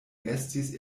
estis